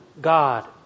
God